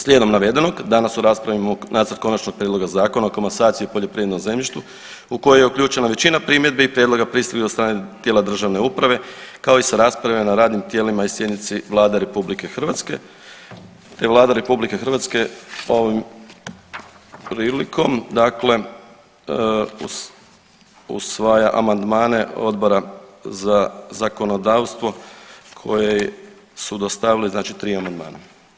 Slijedom navedenog danas u raspravi imamo Nacrt Konačnog prijedloga Zakona o komasaciji i poljoprivrednom zemljištu u koji je uključena većina primjedbi i prijedloga pristiglih od strane tijela državne uprave kao i sa rasprave na radnim tijelima i sjednici Vlade RH te Vlada RH ovom prilikom dakle usvaja amandmane Odbora za zakonodavstvo koje su dostavili, znači 3 amandmana.